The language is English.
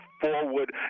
forward